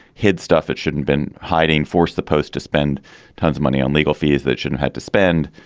hid stuff it shouldn't been hiding, forced the post to spend tons of money on legal fees that shouldn't had to spend.